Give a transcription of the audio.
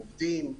לעובדים.